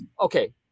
okay